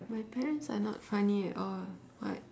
my parents are not funny at all [what]